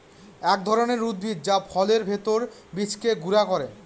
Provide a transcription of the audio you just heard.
এক ধরনের উদ্ভিদ যা ফলের ভেতর বীজকে গুঁড়া করে